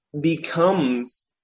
becomes